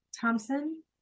Thompson